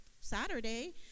Saturday